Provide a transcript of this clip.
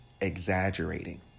Exaggerating